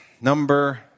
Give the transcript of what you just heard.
number